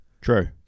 True